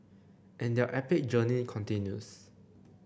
and their epic journey continues